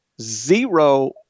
zero